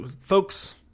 folks